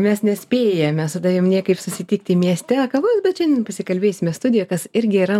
mes nespėjame su tavim niekaip susitikti mieste kavos bet šiandien pasikalbėsime studijoj kas irgi yra